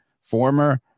former